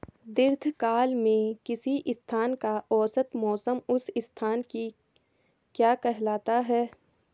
दीर्घकाल में किसी स्थान का औसत मौसम उस स्थान की क्या कहलाता है?